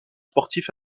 sportif